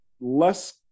less